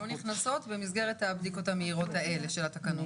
לא נכנסות במסגרת הבדיקות המהירות האלה של התקנות.